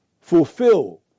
fulfill